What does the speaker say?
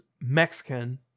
Mexican